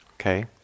Okay